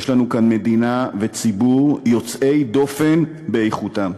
יש לנו כאן מדינה וציבור יוצאים דופן באיכותם.